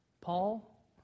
Paul